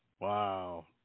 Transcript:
Wow